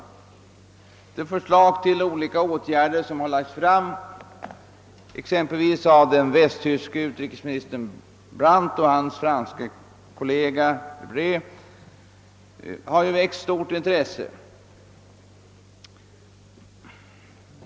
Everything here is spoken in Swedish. De förslag till olika åtgärder som har lagts fram exempelvis av den västtyske utrikesministern Brandt och hans franske kollega Debré bar ju väckt stort intresse.